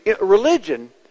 religion